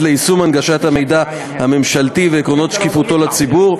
ליישום הנגשת המידע הממשלתי ועקרונות שקיפותו לציבור,